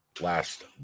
last